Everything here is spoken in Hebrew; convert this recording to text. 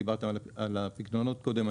דיברתם על הפיקדונות קודם.